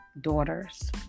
daughters